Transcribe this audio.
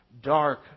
dark